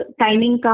timing